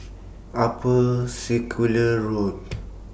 Upper Circular Road